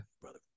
brother